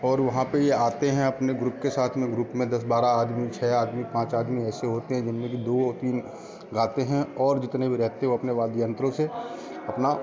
और वहाँ पे ये आते हैं अपने ग्रुप के साथ में ग्रुप में दस बारह आदमी छः आदमी पाँच आदमी ऐसे होते हैं जिनमें कि दो तीन गाते हैं और जितने भी रहते वो अपने वाद्य यंत्रों से अपना